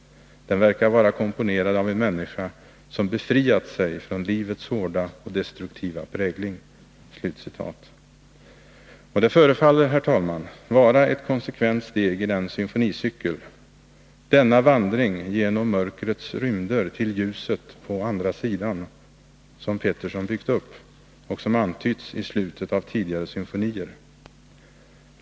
Aare tillägger: ”Den verkar vara komponerad av en människa som befriat sig från livets hårda och destruktiva prägling.” Och det förefaller, herr talman ,vara ett konsekvent steg i den symfonicykel — denna vandring genom mörkrets rymder till ljuset på andra sidan — som Pettersson byggt upp och som antytts i slutet av tidigare symfonier.